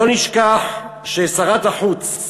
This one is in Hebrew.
לא נשכח ששרת החוץ